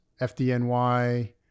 FDNY